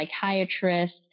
psychiatrist